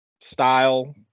style